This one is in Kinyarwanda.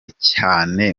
cyane